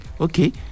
okay